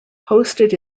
hosted